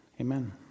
Amen